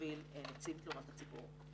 שמוביל נציב תלונות הציבור.